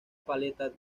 paleta